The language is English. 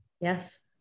Yes